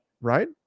right